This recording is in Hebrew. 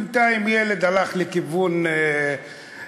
בינתיים ילד הלך לכיוון אלימות,